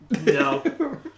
no